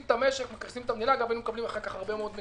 הנה, עכשיו אנחנו בתוך הקורונה.